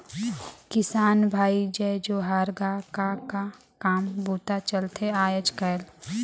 किसान भाई जय जोहार गा, का का काम बूता चलथे आयज़ कायल?